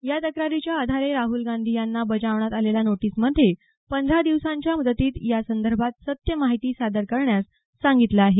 या तक्रारीच्या आधारे राहुल गांधी यांना बजावण्यात आलेल्या नोटीसमध्ये पंधरा दिवसांच्या मुदतीत यासंदर्भात सत्य माहिती सादर करण्यास सांगितलं आहे